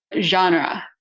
genre